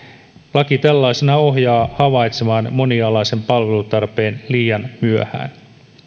laki tällaisenaan ohjaa havaitsemaan monialaisen palvelutarpeen liian myöhään